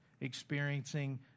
experiencing